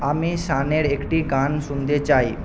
আমি শানের একটি গান শুনতে চাই